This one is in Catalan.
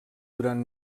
durant